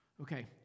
okay